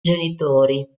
genitori